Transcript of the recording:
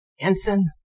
ensign